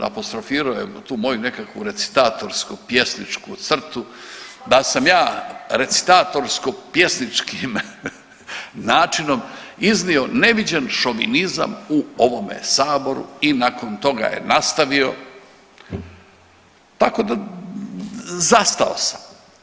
Apostrofirao je tu moju nekakvu recitatorsku pjesničku crtu da sam ja recitatorsko-pjesničkim načinom iznio neviđen šovinizam u ovome Saboru i nakon toga je nastavio tako da, zastao sam.